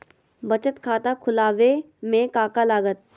बचत खाता खुला बे में का का लागत?